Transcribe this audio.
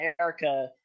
erica